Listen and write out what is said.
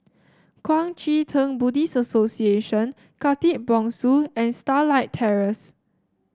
Kuang Chee Tng Buddhist Association Khatib Bongsu and Starlight Terrace